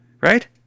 Right